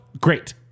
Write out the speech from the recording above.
Great